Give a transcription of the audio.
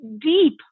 deep